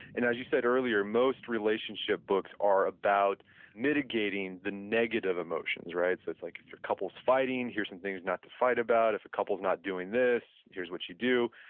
and as you said earlier, most relationship books are about mitigating the negative emotions, right? so it's like if your couple's fighting, here's some things not to fight about, if a couple's not doing this, where's what you do.